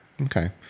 Okay